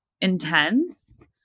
intense